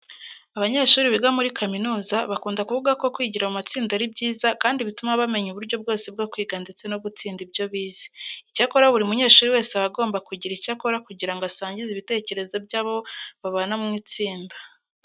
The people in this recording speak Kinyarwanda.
Abanyeshuri biga muri kaminuza bakunda kuvuga ko kwigira mu matsinda ari byiza kandi bituma bamenya uburyo bwose bwo kwiga ndetse no gutsinda ibyo bize. Icyakora buri munyeshuri wese aba agomba kugira icyo akora kugira ngo asangize ibitekerezo bye abo babana mu itsinda.